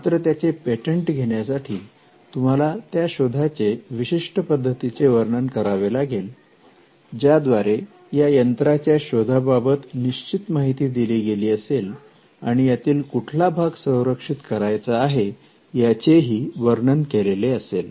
मात्र त्याचे पेटंट घेण्यासाठी तुम्हाला त्या शोधाचे विशिष्ट पद्धतीने वर्णन करावे लागेल ज्याद्वारे या यंत्राच्या शोधाबाबत निश्चित माहिती दिली गेली असेल आणि यातील कुठला भाग संरक्षित करायचा आहे याचेही वर्णन केलेले असेल